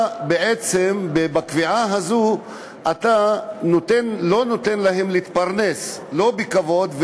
בקביעה הזאת אתה לא נותן להם להתפרנס בכבוד,